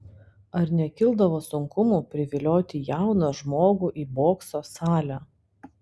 ar nekildavo sunkumų privilioti jauną žmogų į bokso salę